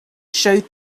showed